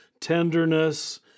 tenderness